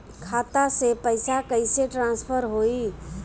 खाता से पैसा कईसे ट्रासर्फर होई?